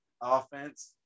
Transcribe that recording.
offense